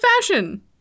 fashion